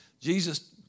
Jesus